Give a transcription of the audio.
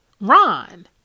ron